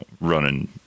running